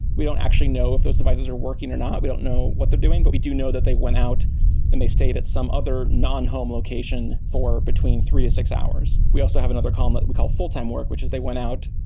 we don't actually know if those devices are working or not. we don't know what they're doing, but we do know that they went out and they stayed at some other non-home location for between three to six hours. we also have another column we call full-time work, which is they went out,